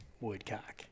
woodcock